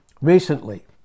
recently